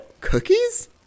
Cookies